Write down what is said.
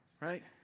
right